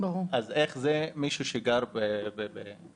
אז איך מישהו שגר בשטחים,